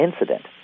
incident